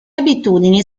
abitudini